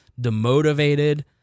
demotivated